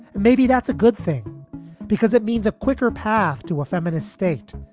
maybe that's a good thing because it means a quicker path to a feminist state.